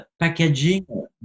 packaging